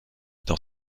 dans